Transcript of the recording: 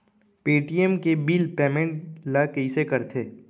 Paytm के bill payment ल कइसे करथे?